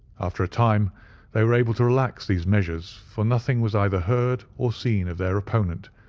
after a time they were able to relax these measures, for nothing was either heard or seen of their opponent,